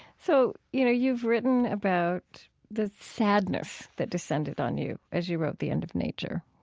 so, you know, you've written about the sadness that descended on you as you wrote the end of nature.